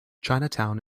chinatown